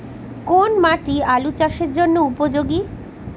কোন মাটি আলু চাষের জন্যে উপযোগী?